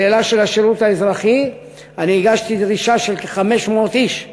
בשאלה של השירות האזרחי הגשתי דרישה לכ-500 איש,